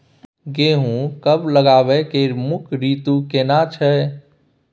गेहूं कब लगाबै के मुख्य रीतु केना छै?